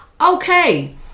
Okay